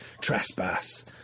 Trespass